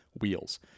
wheels